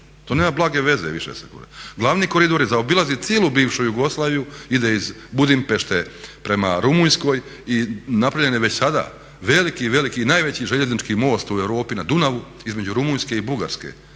to nema blage veze više sa koridorom. Glavni koridor je, zaobilazi cijelu bivšu Jugoslaviju ide iz Budimpešte prema Rumunjskoj i napravljen je već sada veliki, veliki najveći željeznički most u Europi na Dunavu između Rumunjske i Bugarske